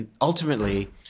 ultimately